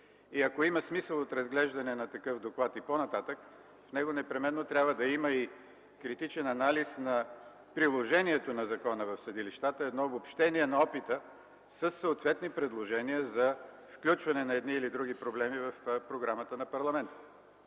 Ако има смисъл от разглеждане на такъв доклад и по-нататък, в него непременно трябва да има и критичен анализ на приложението на закона в съдилищата, едно обобщение на опита със съответни предложения за включване на едни или други проблеми в програмата на парламента.